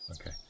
Okay